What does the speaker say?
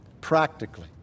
practically